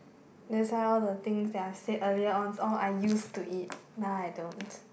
that's why all the things that I said earlier on all I used to eat now I don't